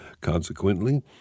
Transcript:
Consequently